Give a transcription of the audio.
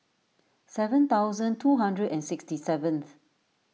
seven thousand two hundred and sixty seventh